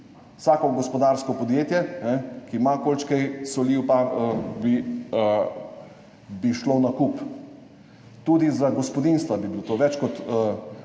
vsako gospodarsko podjetje, ki ima količkaj soli, bi šlo v nakup. Tudi za gospodinjstva bi bila to več kot